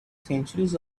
centuries